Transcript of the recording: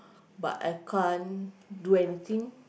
but I can't do anything